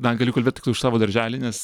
na galiu kalbėt tiktai už savo darželį nes